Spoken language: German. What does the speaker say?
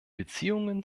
beziehungen